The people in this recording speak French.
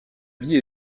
vie